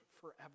forever